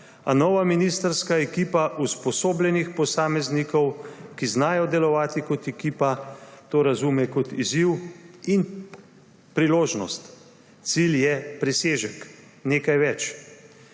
a nova ministrska ekipa usposobljenih posameznikov, ki znajo delovati kot ekipa, to razume kot izziv in priložnost. Cilj je presežek. Nekaj več.